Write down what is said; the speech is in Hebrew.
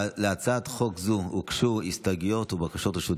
להצעת חוק זו הוגשו הסתייגויות ובקשות רשות דיבור.